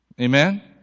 Amen